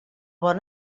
bon